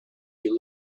you